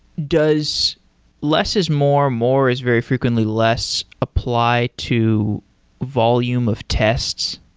does less is more, more is very frequently less, apply to volume of tests?